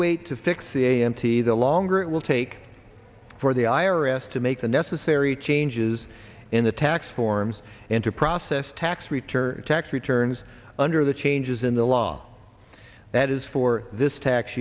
wait to fix the a m t the longer it will take for the i r s to make the necessary changes in the tax forms and to process tax return tax returns under the changes in the law that is for this tax